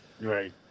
Right